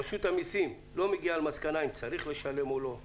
רשות המסים לא מגיעה למסקנה אם צריך לשלם או לא,